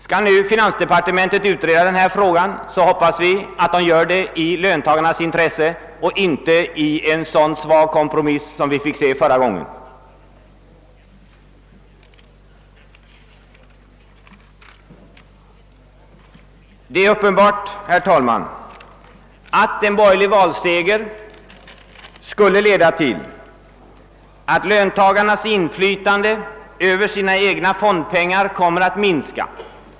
Om nu finansdepartementet kommer att utreda denna fråga hoppas vi att utredningen görs i löntagarnas intresse och att resultatet inte blir en så svag kompromiss som förra gången. Det är uppenbart, herr talman, att en borgerlig valseger skulle leda till att löntagarnas inflytande över sina egna fondpengar kommer att minska.